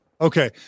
Okay